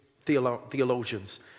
theologians